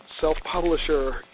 self-publisher